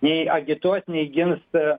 nei agituos nei gins